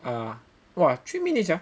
ah !wah! three minutes ah